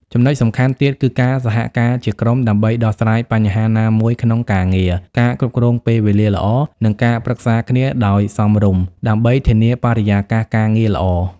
ចំណុចសំខាន់ទៀត គឺការសហការជាក្រុមដើម្បីដោះស្រាយបញ្ហាណាមួយក្នុងការងារ ការគ្រប់គ្រងពេលវេលាល្អ និងការប្រឹក្សាគ្នាដោយសមរម្យ ដើម្បីធានាបរិយាកាសការងារល្អ។